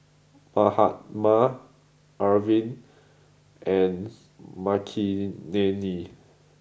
Mahatma Arvind and Makineni